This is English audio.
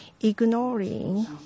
Ignoring